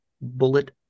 bullet